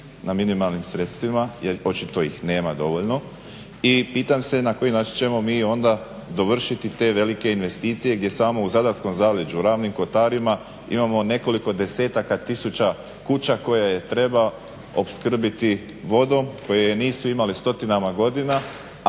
Na minimalnim sredstvima jer očito ih nema dovoljno. I pitam se na koji način ćemo mi onda dovršiti te velike investicije, gdje samo u Zadarskom zaleđu, Ravnim kotarima imamo nekoliko desetaka tisuća kuća koje treba opskrbiti vodom, koje je nisu imale stotinama godina.